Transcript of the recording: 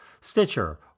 Stitcher